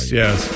yes